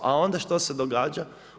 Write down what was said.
A onda što se događa?